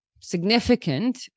significant